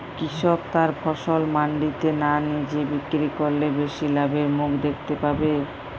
কৃষক তার ফসল মান্ডিতে না নিজে বিক্রি করলে বেশি লাভের মুখ দেখতে পাবে?